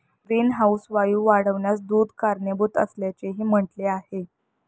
greenhouse वायू वाढण्यास दूध कारणीभूत असल्याचेही म्हटले आहे